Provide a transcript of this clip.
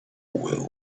will